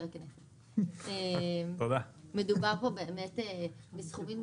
מדובר פה בסכומים,